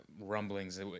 rumblings